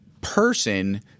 person –